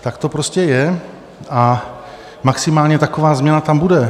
Tak to prostě je, maximálně taková změna tam bude.